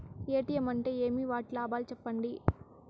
ATM అంటే ఏమి? వాటి లాభాలు సెప్పండి?